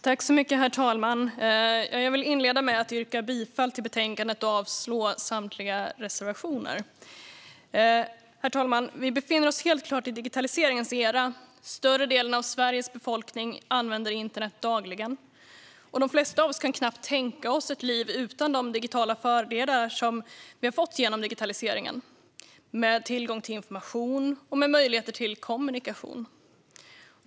Herr talman! Jag yrkar bifall till förslaget i betänkandet och avslag på samtliga reservationer. Herr talman! Vi befinner oss helt klart i digitaliseringens era. Större delen av Sveriges befolkning använder internet dagligen. De flesta av oss kan knappt tänka sig ett liv utan de fördelar som vi har fått genom digitaliseringen, med tillgång till information och möjligheter till kommunikation.